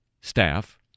staff